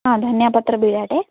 ହଁ ଧନିଆ ପତ୍ର ବିଡ଼ାଟେ